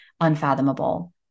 unfathomable